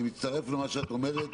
אני מצטרף למה שאת אומרת.